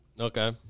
Okay